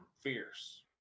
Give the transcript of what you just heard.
fierce